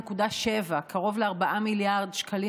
קרוב ל-4 מיליארד שקלים,